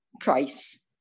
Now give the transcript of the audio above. price